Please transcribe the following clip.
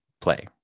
play